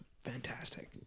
fantastic